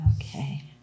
Okay